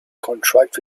contract